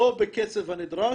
לא בכסף הנדרש,